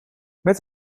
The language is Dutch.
met